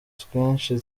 twinshi